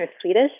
swedish